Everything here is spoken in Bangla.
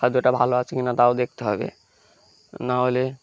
খাদ্যটা ভালো আছে কি না তাও দেখতে হবে নাহলে